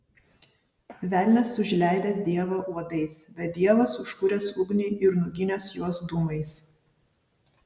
velnias užleidęs dievą uodais bet dievas užkūręs ugnį ir nuginęs juos dūmais